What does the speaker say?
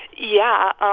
yeah. ah